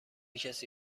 کسی